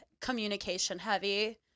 communication-heavy